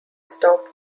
stop